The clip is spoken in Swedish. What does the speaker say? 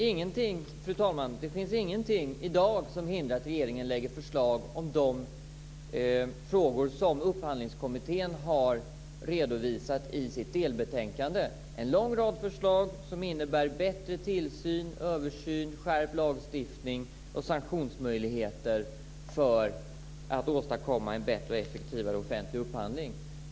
Fru talman! Det finns ingenting som hindrar att regeringen i dag lägger fram förslag om de frågor som Upphandlingskommittén har redovisat i sitt delbetänkande. Där finns en lång rad förslag som innebär bättre tillsyn, översyn, skärpt lagstiftning och sanktionsmöjligheter för att åstadkomma en bättre och effektivare offentlig upphandling.